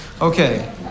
Okay